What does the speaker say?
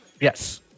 Yes